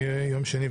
היום יום שני,